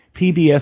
PBS